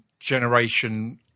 generation